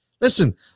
Listen